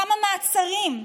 כמה מעצרים?